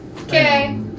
Okay